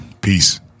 Peace